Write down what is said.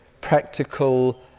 practical